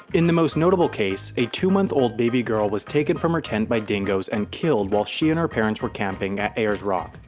in the most notable case, a two month old baby girl was taken from her tent by dingoes and killed while she and her parents were camping at ayers rock.